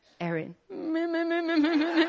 Aaron